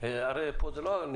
כך אוהבים לחבוט בהם.